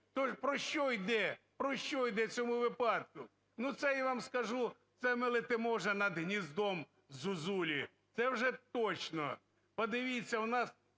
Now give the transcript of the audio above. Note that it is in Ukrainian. То про що йде? Про що йде в цьому випадку? Ну, це, я вам скажу, це ми летимо вже над гніздом зозулі, це вже точно. Подивіться, у нас